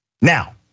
Now